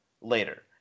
later